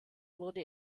wurde